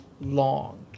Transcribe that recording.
long